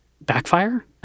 backfire